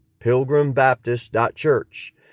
pilgrimbaptist.church